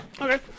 Okay